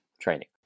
training